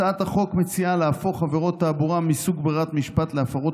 הצעת החוק מציעה להפוך עבירות תעבורה מסוג ברירת משפט להפרות